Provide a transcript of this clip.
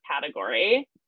category